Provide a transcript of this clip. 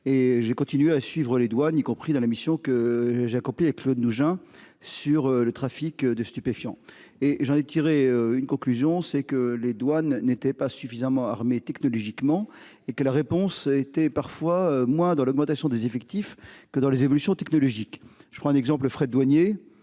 Et j'ai continué à suivre les douanes y compris dans la mission que j'accomplis Claude Mougin, sur le trafic de stupéfiants et j'en ai tiré une conclusion, c'est que les douanes n'étaient pas suffisamment armés technologiquement et que la réponse a été parfois moi dans l'augmentation des effectifs que dans les évolutions technologiques. Je prends un exemple, le frais douaniers.